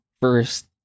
first